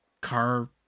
car